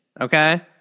Okay